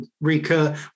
recur